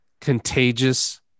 Contagious